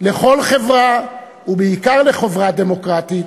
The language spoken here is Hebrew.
לכל חברה ובעיקר לחברה דמוקרטית,